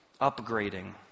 upgrading